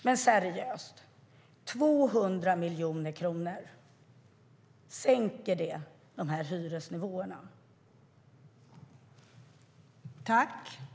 Men, seriöst, gör 200 miljoner kronor att de här hyresnivåerna sänks?